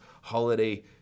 holiday